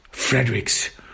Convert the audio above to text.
Frederick's